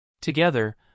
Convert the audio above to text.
Together